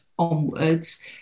onwards